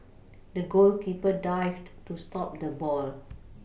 the goalkeeper dived to stop the ball